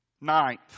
Ninth